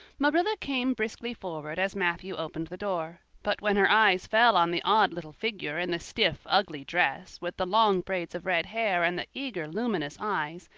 marilla came briskly forward as matthew opened the door. but when her eyes fell on the odd little figure in the stiff, ugly dress, with the long braids of red hair and the eager, luminous eyes,